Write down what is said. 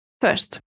First